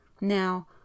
Now